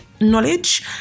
knowledge